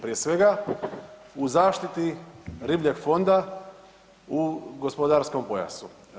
Prije svega, u zaštiti ribljeg fonda u gospodarskom pojasu.